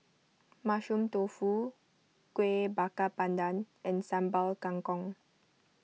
Mushroom Tofu Kuih Bakar Pandan and Sambal Kangkong